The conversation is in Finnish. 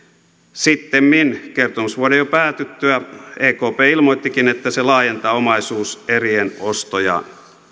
sittemmin kertomusvuoden jo päätyttyä ekp ilmoittikin että se laajentaa omaisuuserien ostoja